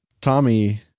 Tommy